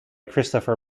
christopher